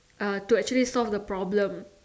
uh to actually solve the problem